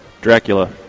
Dracula